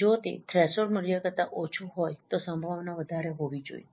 જો તે થ્રેશોલ્ડ મૂલ્ય કરતા ઓછું હોય તો સંભાવના વધારે હોવી જોઈએ